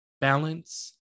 Balance